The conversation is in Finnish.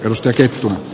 alus teki